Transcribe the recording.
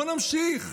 בואו נמשיך: